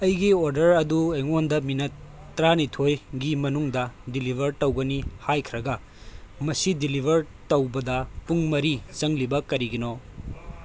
ꯑꯩꯒꯤ ꯑꯣꯗꯔ ꯑꯗꯨ ꯑꯩꯉꯣꯟꯗ ꯃꯤꯅꯠ ꯇꯔꯥꯅꯤꯊꯣꯏꯒꯤ ꯃꯅꯨꯡꯗ ꯗꯤꯂꯤꯕꯔ ꯇꯧꯒꯅꯤ ꯍꯥꯏꯈ꯭ꯔꯒ ꯃꯁꯤ ꯗꯤꯂꯤꯕꯔ ꯇꯧꯕꯗ ꯄꯨꯡ ꯃꯔꯤ ꯆꯪꯂꯤꯕ ꯀꯔꯤꯒꯤꯅꯣ